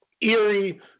eerie